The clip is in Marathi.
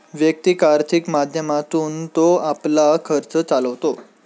वैयक्तिक आर्थिक माध्यमातून तो आपला खर्च चालवतो